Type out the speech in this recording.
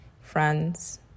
friends